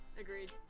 Agreed